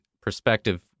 perspective